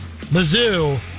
Mizzou